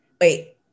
wait